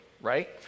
right